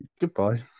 Goodbye